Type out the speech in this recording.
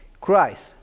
Christ